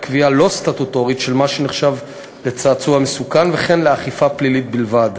לקביעה לא סטטוטורית של מה שנחשב לצעצוע מסוכן וכן לאכיפה פלילית בלבד.